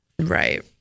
Right